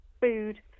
food